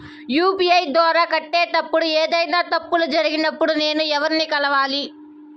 UPI ద్వారా కట్టేటప్పుడు ఏదైనా తప్పులు జరిగినప్పుడు నేను ఎవర్ని కలవాలి?